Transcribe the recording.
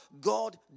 God